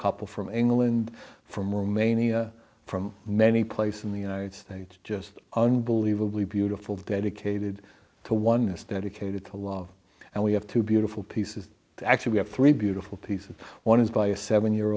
couple from england from romania from many places in the united states just unbelievably beautiful dedicated to oneness dedicated to love and we have two beautiful pieces actually we have three beautiful pieces one is by a seven year